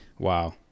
Wow